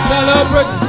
Celebrate